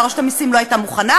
רשות המסים לא הייתה מוכנה,